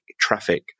traffic